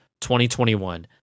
2021